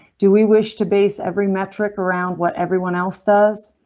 do we wish to base every metric around what everyone else does?